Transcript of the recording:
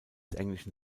englischen